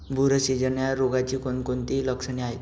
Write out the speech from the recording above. बुरशीजन्य रोगाची कोणकोणती लक्षणे आहेत?